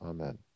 Amen